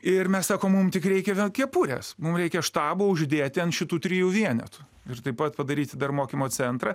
ir mes sakom mum tik reikia kepurės mum reikia štabą uždėti ant šitų trijų vienetų ir taip pat padaryti dar mokymo centrą